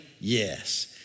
Yes